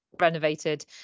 renovated